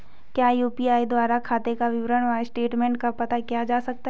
क्या यु.पी.आई द्वारा खाते का विवरण और स्टेटमेंट का पता किया जा सकता है?